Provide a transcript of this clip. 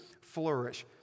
flourish